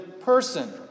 person